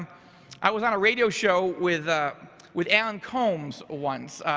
i was on a radio show with with alan colmes once.